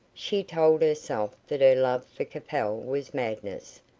she told herself that her love for capel was madness.